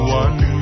one